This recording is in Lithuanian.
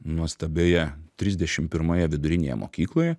nuostabioje trisdešimt pirmoje vidurinėje mokykloje